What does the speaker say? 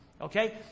Okay